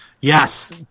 Yes